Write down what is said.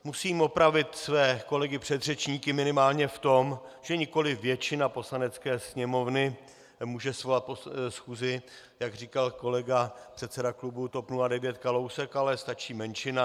Musím opravit své kolegy předřečníky minimálně v tom, že nikoliv většina Poslanecké sněmovny může svolat schůzi, jak říkal kolega, předseda klubu TOP 09 Kalousek, ale stačí menšina.